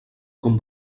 com